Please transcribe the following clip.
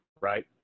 right